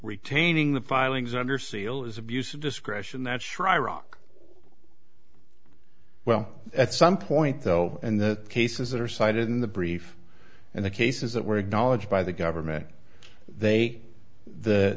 retaining the filings under seal is abuse of discretion that schreier rock well at some point though and the cases that are cited in the brief and the cases that were acknowledged by the government they the